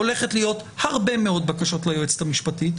שהולכות להיות הרבה מאוד בקשות ליועצת המשפטית.